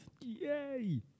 Yay